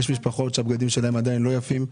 יש משפחות שהבגדים שלהן עדיין לא יפים.